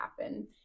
happen